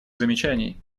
замечаний